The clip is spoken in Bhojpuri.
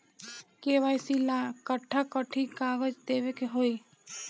के.वाइ.सी ला कट्ठा कथी कागज देवे के होई?